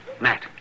Matt